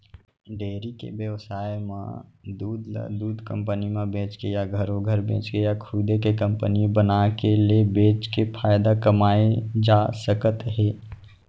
dairy के बेवसाय म दूद ल दूद कंपनी म बेचके या घरो घर बेचके या खुदे के कंपनी बनाके ले बेचके फायदा कमाए जा सकत हे